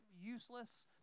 useless